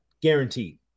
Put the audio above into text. guaranteed